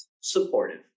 Supportive